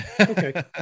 okay